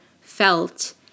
felt